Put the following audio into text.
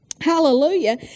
Hallelujah